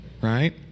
right